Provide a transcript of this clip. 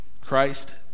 Christ